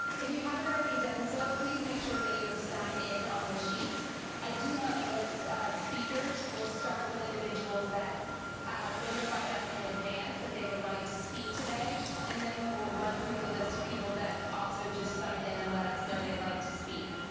if you haven't already done so please make sure that you have signed in on the sheets i do have a list of we'll start with individuals that notified us in advance that they would like to speak today and then we will run through the list of people that also just signed in and let us know they'd like to speak